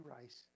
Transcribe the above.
Rice